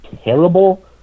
terrible